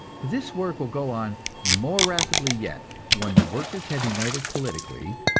this work will go on more rapidly yet when the workers have united politically,